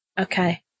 Okay